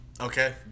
Okay